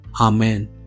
Amen